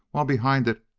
while, behind it,